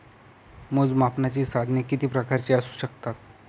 मोजमापनाची साधने किती प्रकारची असू शकतात?